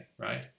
right